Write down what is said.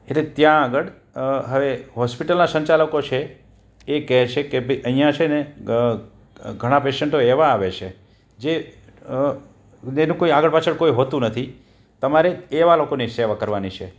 એટલે ત્યાં આગળ હવે હોસ્પિટલના સંચાલકો છે એ કે છે કે ભાઈ અહીંયા છે ને ઘણા પેશન્ટો એવા આવે છે કે જે જેનું આગળ પાછળ કોઈ હોતું નથી તમારે એવા લોકોની સેવા કરવાની છે